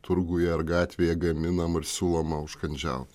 turguje ar gatvėje gaminama ir siūloma užkandžiaut